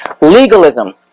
legalism